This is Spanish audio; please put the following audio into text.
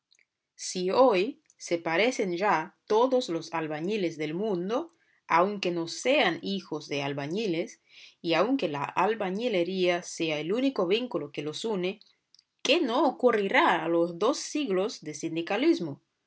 si hoy se parecen ya todos los albañiles del mundo aunque no sean hijos de albañiles y aunque la albañilería sea el único vínculo que los une qué no ocurrirá a los dos siglos de sindicalismo